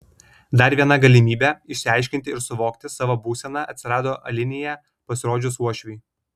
dar viena galimybė išsiaiškinti ir suvokti savo būseną atsirado alinėje pasirodžius uošviui